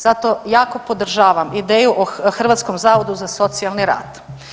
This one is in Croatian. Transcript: Zato jako podržavam ideju o hrvatskom zavodu za socijalni rad.